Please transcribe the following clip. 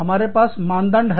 हमारे पास मानदंड है